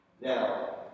Now